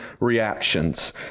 reactions